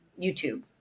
YouTube